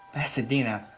pasadena?